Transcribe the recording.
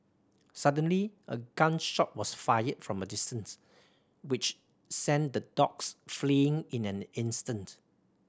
suddenly a gun shot was fired from a distance which sent the dogs fleeing in an instant